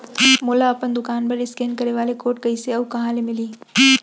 मोला अपन दुकान बर इसकेन करे वाले कोड कइसे अऊ कहाँ ले मिलही?